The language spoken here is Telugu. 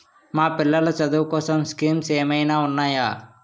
మా పిల్లలు చదువు కోసం స్కీమ్స్ ఏమైనా ఉన్నాయా?